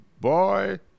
Boy